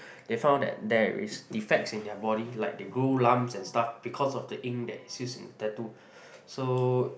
they found that there is defects in their body like they grow lumps and stuff because of the ink that is used in this tattoo so